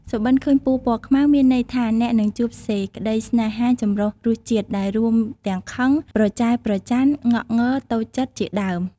សុបិន្តឃើញពស់ពណ៌ខ្មៅ មានន័យថាអ្នកនឹងជួបសេចក្តីសេ្នហាចម្រុះរសជាតិដែលរួមទាំងខឹង ប្រចែប្រចណ្ឌ ងង៉ក់ តូចចិត្ត ជាដើម។